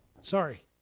Sorry